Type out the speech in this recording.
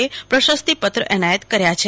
એ પ્રશસ્તિપત્ર એનાયત કર્યા છે